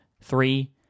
three